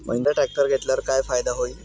Mahindra tractor घेतल्यावर काय फायदा होईल?